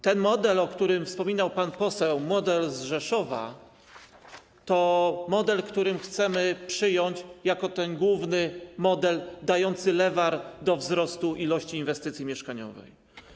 Ten model, o którym wspominał pan poseł, model z Rzeszowa, to model, którym chcemy przyjąć jako ten główny model dający lewar do wzrostu liczby inwestycji mieszkaniowych.